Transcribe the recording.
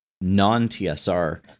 non-TSR